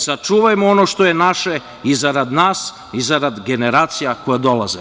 Sačuvajmo ono što je naše i zarad nas i zarad generacija koje dolaze.